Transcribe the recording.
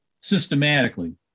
systematically